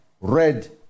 red